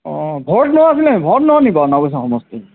অঁ ভৰত নৰহ আছিল নে ভৰত নৰহ নি বাৰু নাওবৈচা সমষ্টিৰ